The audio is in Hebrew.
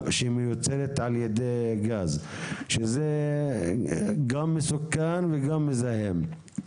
שמיוצרת על ידי גז שזה גם מסוכן וגם מזהם.